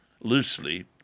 loosely